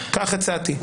כך הצעתי.